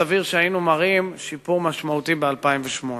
סביר שהיינו מראים שיפור משמעותי ב-2008.